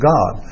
God